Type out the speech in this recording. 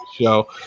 show